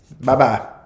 Bye-bye